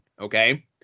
Okay